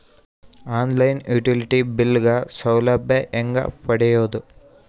On line utility bill ಗ ಸೌಲಭ್ಯ ಹೇಂಗ ಪಡೆಯೋದು?